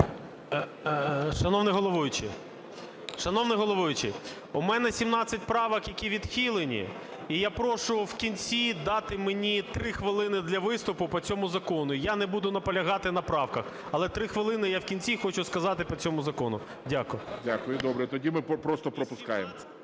шановний головуючий, у мене 17 правок, які відхилені. І я прошу вкінці дати мені 3 хвилини для виступу по цьому закону. Я не буду наполягати на правках, але 3 хвилини я вкінці хочу сказати по цьому закону. Дякую. 17. ГОЛОВУЮЧИЙ. Дякую, добре. Тоді ми просто пропускаємо.